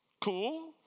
cool